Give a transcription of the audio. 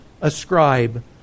ascribe